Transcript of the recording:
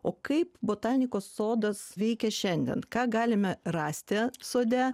o kaip botanikos sodas veikia šiandien ką galime rasti sode